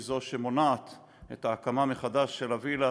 היא זו שמונעת את ההקמה מחדש של הווילה